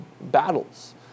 battles